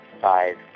five